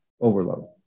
overload